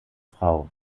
frau